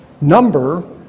number